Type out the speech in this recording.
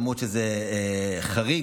למרות שזה חריג,